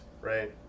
right